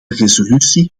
resolutie